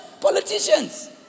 Politicians